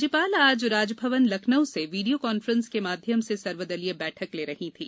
राज्यपाल आज राजभवन लखनऊ से वीडियो कॉन्फ्रेंसिंग के माध्यम से सर्वदलीय बैठक ले रही थीं